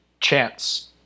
chance